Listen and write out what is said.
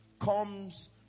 comes